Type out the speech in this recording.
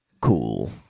Cool